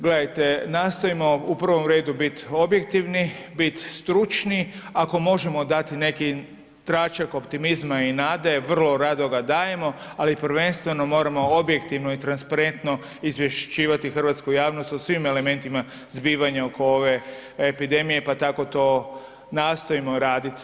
Gledajte, nastojimo u prvom redu bit objektivni, bit stručni, ako možemo dati neki tračak optimizma i nade, vrlo rado ga dajemo, ali prvenstveno moramo objektivno i transparentno izvješćivati hrvatsku javnost o svim elementima zbivanja oko ove epidemije, pa tako to nastojimo radit.